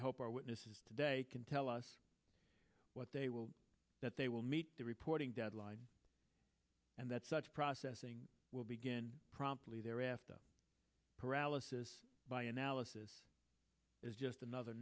i hope our witnesses today can tell us what they will that they will meet the reporting deadline and that such processing will begin promptly thereafter paralysis by analysis is just another